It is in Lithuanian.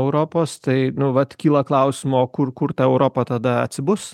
europos tai nu vat kyla klausimo o kur kur ta europa tada atsibus